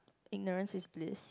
ignorance with please